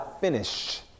finish